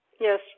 Yes